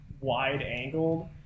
wide-angled